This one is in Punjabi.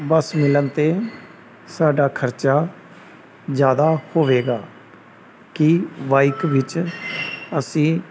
ਬੱਸ ਮਿਲਣ 'ਤੇ ਸਾਡਾ ਖਰਚਾ ਜ਼ਿਆਦਾ ਹੋਵੇਗਾ ਕੀ ਬਾਈਕ ਵਿਚ ਅਸੀਂ